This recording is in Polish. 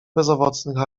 bezowocnych